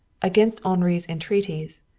against henri's entreaties,